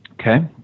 Okay